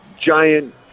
giant